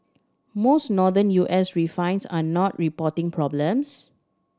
most Northern U S refines are not reporting problems